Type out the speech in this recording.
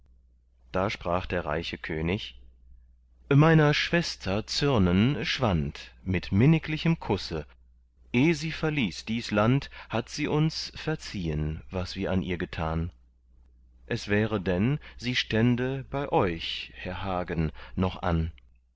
da sprach der reiche könig meiner schwester zürnen schwand mit minniglichem kusse eh sie verließ dies land hat sie uns verziehen was wir an ihr getan es wäre denn sie stände bei euch herr hagen noch an